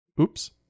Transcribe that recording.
oops